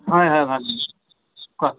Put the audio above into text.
হয় হয় ভাল কোৱা